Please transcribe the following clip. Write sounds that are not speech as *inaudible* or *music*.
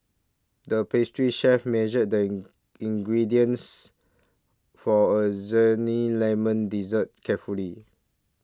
the pastry chef measured the in ingredients for a *unintelligible* Lemon Dessert carefully